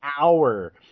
hour